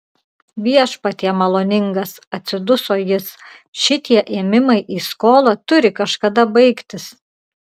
viešpatie maloningas atsiduso jis šitie ėmimai į skolą turi kažkada baigtis